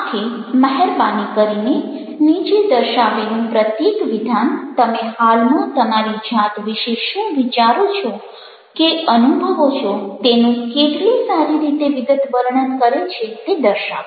આથી મહેરબાની કરીને નીચે દર્શાવેલું પ્રત્યેક વિધાન તમે હાલમાં તમારી જાત વિશે શું વિચારો છો કે અનુભવો છો તેનું કેટલી સારી રીતે વિગતવર્ણન કરે છે તે દર્શાવો